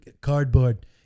cardboard